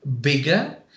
bigger